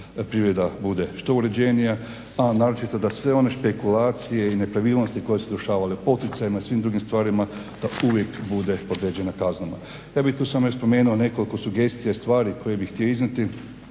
poljoprivreda bude što uređenija, a naročito da sve one špekulacije i nepravilnosti koje su se dešavale u poticajima i svim drugim stvarima, da uvijek bude podređena kaznama. Ja bi tu samo još spomenuo i nekoliko sugestija stvari koje bih htio iznijeti.